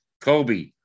Kobe